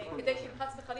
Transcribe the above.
אפשר?